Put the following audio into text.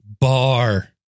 bar